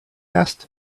asked